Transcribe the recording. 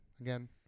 again